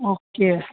okay